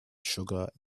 sugar